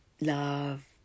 love